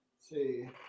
see